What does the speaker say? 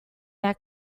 their